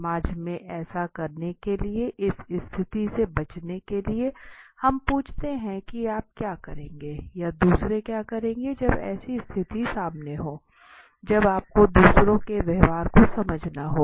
समाज में ऐसा करने के लिए इस स्थिति से बचने के लिए हम पूछते हैं कि आप क्या करेंगे या दूसरे क्या करें जब ऐसी स्थिति सामने हो जब आपको दूसरों के व्यवहार को समझना हो